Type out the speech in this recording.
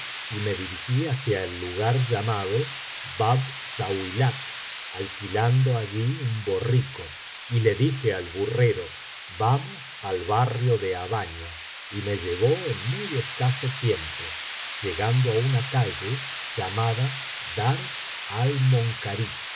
y me dirigí hacia el lugar llamado bab zauilat alquilando allí un borrico y le dije al burrero vamos al barrio de habbania y me llevó en muy escaso tiempo llegando á una calle llamada darb